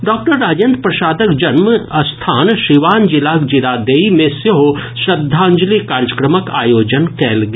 doctor Rajendra प्रसादक जन्म स्थान सिवान जिलाक जीरादेई मे सेहो श्रद्धांजलि कार्यक्रमक आयोजन कयल गेल